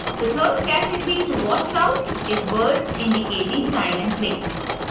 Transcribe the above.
the third category to watch out is words indicating time and place.